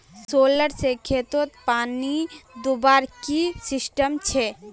Solar से खेतोत पानी दुबार की सिस्टम छे?